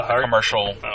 commercial